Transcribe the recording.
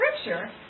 scripture